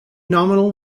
nominal